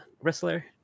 wrestler